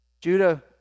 Judah